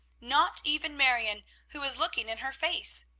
not even marion, who was looking in her face.